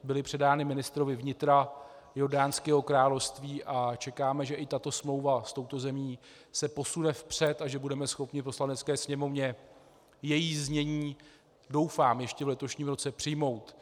Byly předány ministrovi vnitra Jordánského království a čekáme, že i tato smlouva s touto zemí se posune vpřed a že budeme schopni v Poslanecké sněmovně její znění, doufám, ještě v letošním roce přijmout.